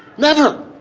never.